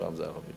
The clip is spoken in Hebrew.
פעם זה על ערבים.